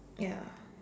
ya